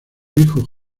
hijo